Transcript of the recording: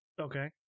Okay